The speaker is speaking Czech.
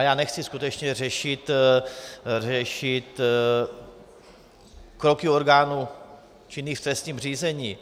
Já nechci skutečně řešit kroky orgánů činných v trestním řízení.